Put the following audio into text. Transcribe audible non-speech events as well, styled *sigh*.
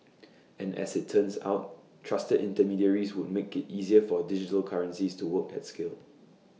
*noise* and as IT turns out trusted intermediaries would make IT easier for digital currencies to work at scale